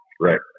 Right